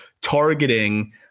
targeting